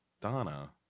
Donna